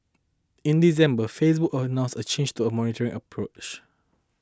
in December Facebook announced a change to a monitoring approach